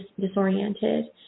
disoriented